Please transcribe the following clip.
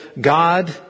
God